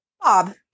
Bob